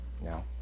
No